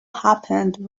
happened